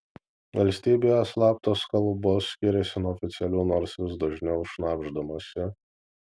valstybėje slaptos kalbos skiriasi nuo oficialių nors vis dažniau šnabždamasi